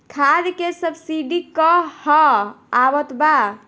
खाद के सबसिडी क हा आवत बा?